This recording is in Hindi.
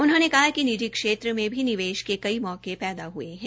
उन्होंने कहा कि निजी क्षेत्र में भी निवेश के कई मौके पैदाहए हैं